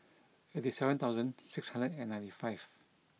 eighty seven thousand six hundred and ninety five